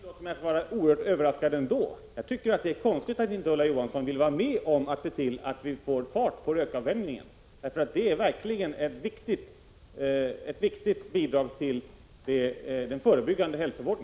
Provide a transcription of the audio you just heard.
Herr talman! Jag tillåter mig ändå att vara oerhört överraskad. Jag tycker att det är konstigt att inte Ulla Johansson vill vara med om att se till att få fart på rökavvänjningen. Det är verkligen ett viktigt bidrag till den förebyggande hälsovården.